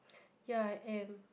ya I am